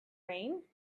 rain